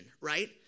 right